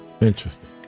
Interesting